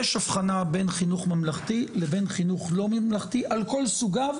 יש הבחנה בין חינוך ממלכתי לבין חינוך לא ממלכתי על כל סוגיו,